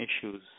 issues